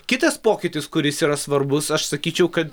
kitas pokytis kuris yra svarbus aš sakyčiau kad